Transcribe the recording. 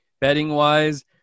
betting-wise